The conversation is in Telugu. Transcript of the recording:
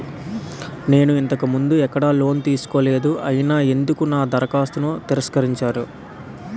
నేను ఇంతకు ముందు ఎక్కడ లోన్ తీసుకోలేదు అయినా ఎందుకు నా దరఖాస్తును తిరస్కరించారు?